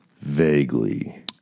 Vaguely